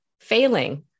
failing